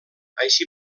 així